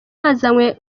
bazanywe